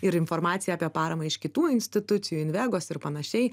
ir informacija apie paramą iš kitų institucijų invegos ir panašiai